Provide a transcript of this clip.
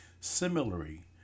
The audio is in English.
Similarly